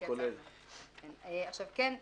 כן,